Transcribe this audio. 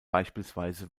beispielsweise